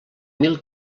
mil